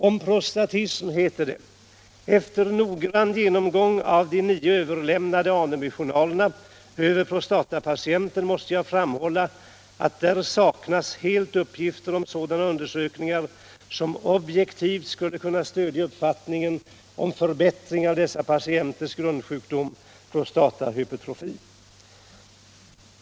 Om prostatism heter det: Efter noggrann genomgång av de nio överlämnade Anebyjournalerna över prostatapatienter måste jag framhålla att där saknas helt uppgifter om sådana undersökningar som objektivt skulle kunna stödja uppfattningen om förbättring av dessa patienters grundsjukdom — prostatahypertrofi.